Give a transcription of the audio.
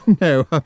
No